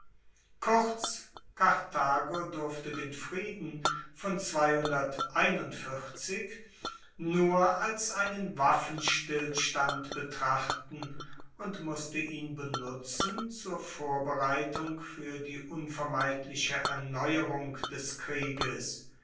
kurz karthago durfte den frieden von nur als einen waffenstillstand betrachten und musste ihn benutzen zur vorbereitung fuer die unvermeidliche erneuerung des krieges